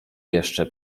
jeszcze